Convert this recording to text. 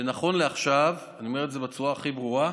שנכון לעכשיו, אני אומר את זה בצורה הכי ברורה,